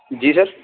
جی سر